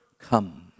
Come